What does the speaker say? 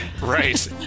Right